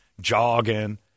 jogging